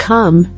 Come